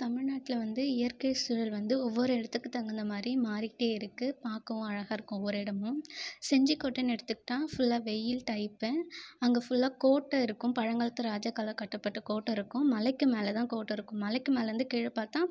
தமிழ்நாட்டில வந்து இயற்கை சூழல் வந்து ஒவ்வொரு இடத்துக்கு தகுந்த மாரி மாறிக்கிட்டே இருக்கு பாக்கவும் அழகாக இருக்கும் ஒவ்வொரு இடமும் செஞ்சிக் கோட்டிணு எடுத்துக்கிட்டால் ஃபுல்லாக வெயில் டைப்பு அங்கே ஃபுல்லாக கோட்டை இருக்கும் பழங்காலத்து ராஜாக்களால் கட்டப்பட்ட கோட்டை இருக்கும் மலைக்கு மேல தான் கோட்டை இருக்கும் மலைக்கு மேலேந்து கீழே பார்த்தா